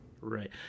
Right